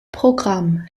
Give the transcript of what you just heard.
programm